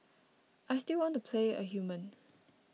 I still want to play a human